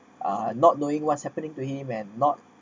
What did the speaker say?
uh not knowing what's happening to him and not